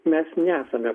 mes nesame